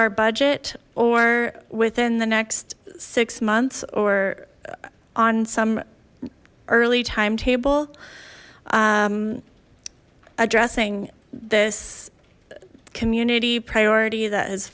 our budget or within the next six months or on some early timetable addressing this community priority that is